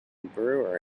brewer